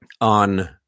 on